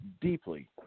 deeply